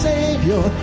Savior